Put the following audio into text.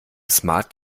smart